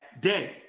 day